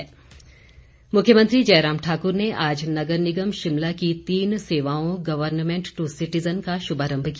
मुख्यमंत्री मुख्यमंत्री जयराम ठाकुर ने आज नगर निगम शिमला के तीन सेवाओं गर्वनमेंट टू सिटिजन का शुभारंभ किया